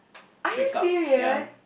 are you serious